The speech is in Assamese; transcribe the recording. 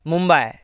মুম্বাই